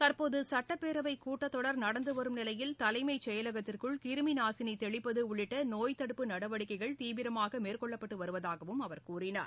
தற்போதுசட்டப்பேரவைக் கூட்டத்தொடர் நடந்துவரும் நிலையில் தலைமைச் செயலகத்திற்குள் கிருமிநாசினிதெளிப்பதஉள்ளிட்டநோய் தடுப்பு நடவடிக்கைகள் தீவிரமாகமேற்கொள்ளப்பட்டுவருவதாகவும் அவர் கூறினார்